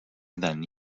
then